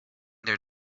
their